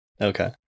Okay